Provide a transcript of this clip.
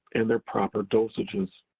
and their proper dosages.